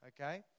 Okay